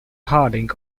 harding